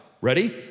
Ready